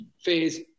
phase